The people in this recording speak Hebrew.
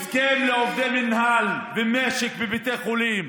הסכם לעובדי מינהל ומשק בבתי חולים.